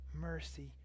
mercy